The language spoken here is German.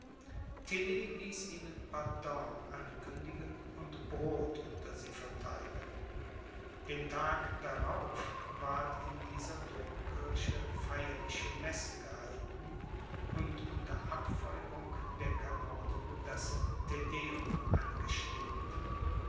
ihnen pardon ankündigen und brod unter sie vertheilen den tag darauf ward in dieser domkirche feierliche messe gehalten und unter abfeuerung der kanonen das te deum angestimmt